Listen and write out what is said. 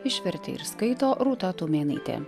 išvertė ir skaito rūta tumėnaitė